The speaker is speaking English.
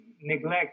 neglect